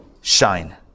shine